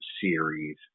series